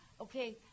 okay